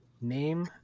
name